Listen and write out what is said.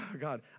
God